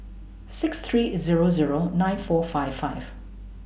six three Zero Zero nine four five five